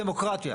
דמוקרטיה.